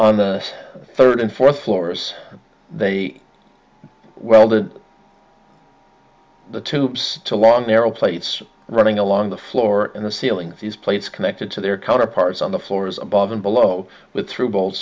on the third and fourth floors they well the tubes to long narrow plates running along the floor in the ceiling these plates connected to their counterparts on the floors above and below with through bo